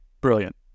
Brilliant